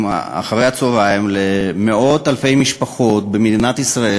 אחרי הצהריים למאות אלפי משפחות במדינת ישראל,